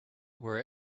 were